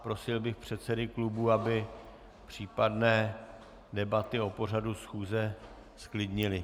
Prosil bych předsedy klubů, aby případné debaty o pořadu schůze zklidnili.